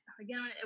again